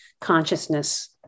consciousness